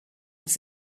was